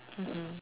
mmhmm